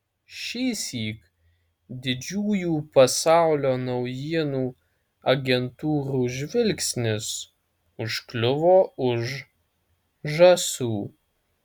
šįsyk didžiųjų pasaulio naujienų agentūrų žvilgsnis užkliuvo už žąsų